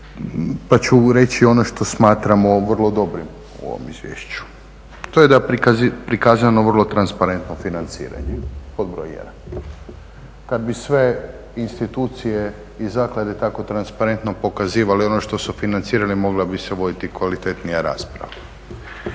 pa ću reći ono što smatramo vrlo dobrim u ovom izvješću. To je da je prikazano vrlo transparentno financiranje pod broj jedan. Kad bi sve institucije i zaklade tako transparentno pokazivale ono što su financirale mogla bi se voditi kvalitetnija rasprava.